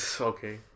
Okay